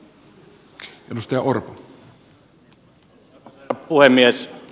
arvoisa herra puhemies